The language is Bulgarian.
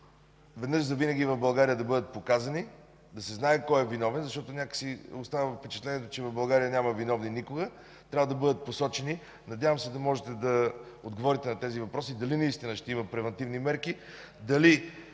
веднъж завинаги в България да бъдат показани да се знае кое е виновен, защото иначе някак си оставаме с впечатлението, че в България никога няма виновни. Те трябва да бъдат посочени! Надявам се да можете да отговорите на тези въпроси – дали наистина ще има превантивни мерки, дали